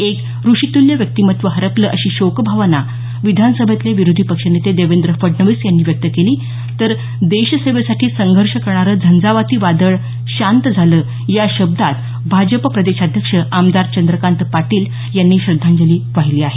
एक ऋषितुल्य व्यक्तिमत्त्व हरपलं अशी शोकभावना विधानसभेतले विरोधी पक्षनेते देवेंद्र फडणवीस यांनी व्यक्त केली तर देशेसेवेसाठी संघर्ष करणारं झंझावाती वादळ शांत झालं या शब्दांत भाजपा प्रदेशाध्यक्ष आमदार चंद्रकांत पाटील यांनी श्रद्धांजली वाहिली आहे